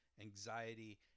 anxiety